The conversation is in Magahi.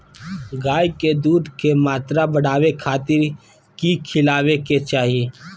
गाय में दूध के मात्रा बढ़ावे खातिर कि खिलावे के चाही?